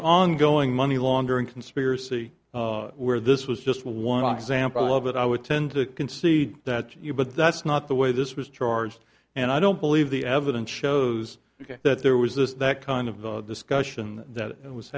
an ongoing money laundering conspiracy where this was just one example of it i would tend to concede that you but that's not the way this was charged and i don't believe the evidence shows that there was this that kind of the discussion that it was